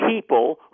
people